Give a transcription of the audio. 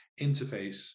interface